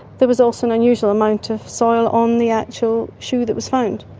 there was also an unusual amount of soil on the actual shoe that was found.